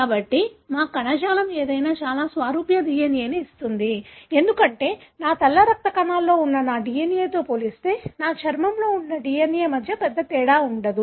కాబట్టి మా కణజాలం ఏదైనా చాలా సారూప్య DNA ని ఇస్తుంది ఎందుకంటే నా తెల్ల రక్త కణాలలో ఉన్న నా DNA తో పోలిస్తే నా చర్మంలో ఉండే DNA మధ్య పెద్ద తేడా లేదు